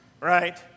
Right